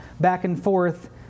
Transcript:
back-and-forth